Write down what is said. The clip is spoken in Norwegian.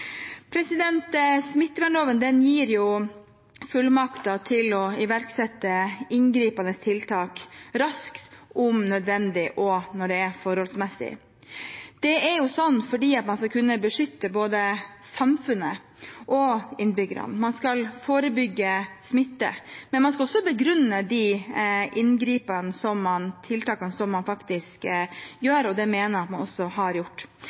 gir fullmakter til å iverksette inngripende tiltak raskt, om nødvendig og når det er forholdsmessig. Sånn er det fordi man skal kunne beskytte både samfunnet og innbyggerne. Man skal forebygge smitte, men man skal også begrunne de inngripende tiltakene som man faktisk gjør, og det mener jeg at man også har gjort.